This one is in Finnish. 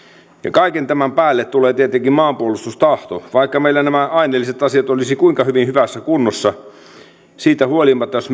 kaiken tämän päälle tulee tietenkin maanpuolustustahto vaikka meillä nämä aineelliset asiat olisivat kuinka hyvässä kunnossa siitä huolimatta jos